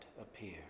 Appear